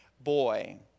boy